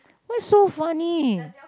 why so funny